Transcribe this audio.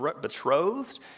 betrothed